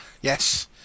Yes